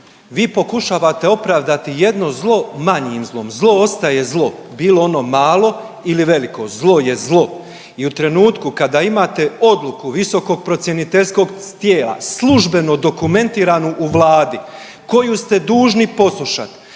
vi pokušavate opravdati jedno zlo manjim zlo. Zlo ostaje zlo. Bilo ono malo ili veliko. Zlo je zlo. I u trenutku kada imate odluku visokog procjeniteljskog tijela, službeno dokumentiranu u Vladi koju ste dužni poslušat,